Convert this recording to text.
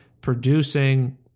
producing